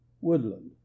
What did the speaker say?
Woodland